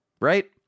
right